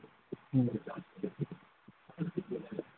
ꯎꯝ